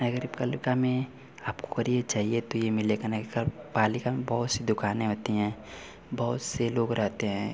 नगर पालिका में आपको अगर यह चाहिए तो यह मिलेगा नगर पालिका में बहुत सी दुकानें होती हैं बहुत से लोग रहते हैं